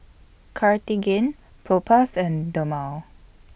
Cartigain Propass and Dermale